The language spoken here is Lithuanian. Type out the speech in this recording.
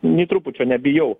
nė trupučio nebijau